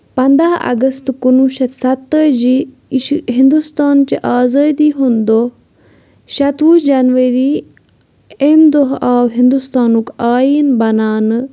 پنداہ اَگست کُنہٕ وُہ شیٚتھ سَتہٕ تٲجی یہِ چھُ ہِندوستان چہِ آزٲدی ہُند دۄہ شَتہٕ وُہ جنؤری اَمہِ دۄہ آو ہِندوستانُک آیٖن بَناونہٕ